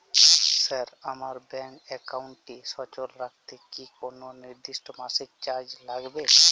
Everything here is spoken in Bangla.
স্যার আমার ব্যাঙ্ক একাউন্টটি সচল রাখতে কি কোনো নির্দিষ্ট মাসিক চার্জ লাগবে?